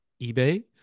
eBay